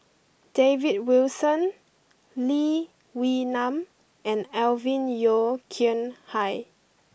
David Wilson Lee Wee Nam and Alvin Yeo Khirn Hai